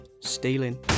Stealing